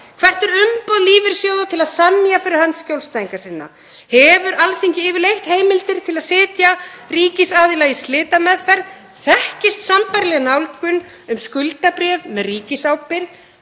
Hvert er umboð lífeyrissjóða til að semja fyrir hönd skjólstæðinga sinna? Hefur Alþingi yfirleitt heimildir til að setja ríkisaðila í slitameðferð? Þekkist sambærileg nálgun um skuldabréf með ríkisábyrgð?